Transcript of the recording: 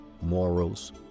morals